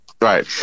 right